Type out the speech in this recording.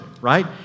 right